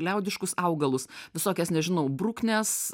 liaudiškus augalus visokias nežinau bruknes